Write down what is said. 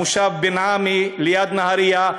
המושב בן-עמי ליד נהריה,